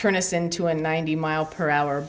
turn us into a ninety mile per hour